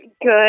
Good